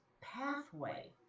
pathway